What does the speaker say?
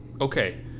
okay